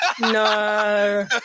no